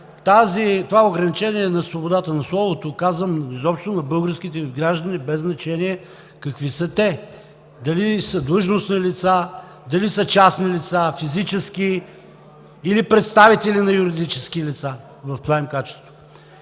това е ограничение на свободата на словото, казвам, изобщо на българските граждани, без значение какви са те – дали са длъжностни лица, дали са частни лица, физически или представители на юридически лица в това им качество.